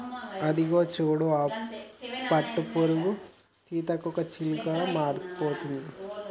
అదిగో చూడు ఆ పట్టుపురుగు సీతాకోకచిలుకలా మారిపోతుంది